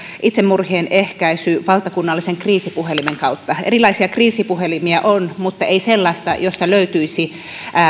itsemurhien ehkäisy valtakunnallisen kriisipuhelimen kautta erilaisia kriisipuhelimia on mutta ei sellaista josta löytyisi